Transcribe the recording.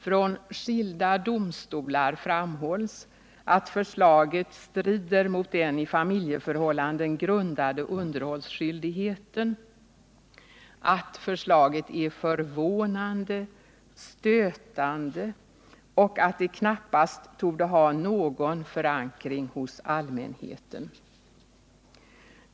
Från skilda domstolar framhålls att förslaget strider mot den i familjeförhållanden grundade underhållsskyldigheten, att förslaget är förvånande, stötande och att det knappast torde ha någon förankring hos allmänheten.